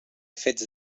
fets